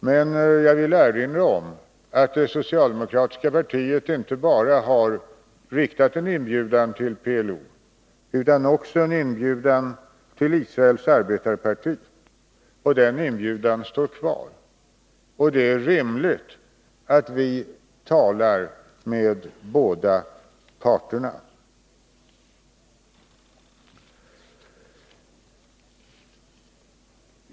Men jag vill erinra om att det socialdemokratiska partiet har riktat en inbjudan inte bara till PLO utan också till Israels arbetarparti — och den inbjudan står kvar. Det är rimligt att vi talar med båda parterna.